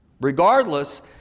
Regardless